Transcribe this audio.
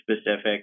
specific